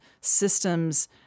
systems